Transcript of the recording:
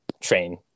train